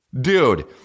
Dude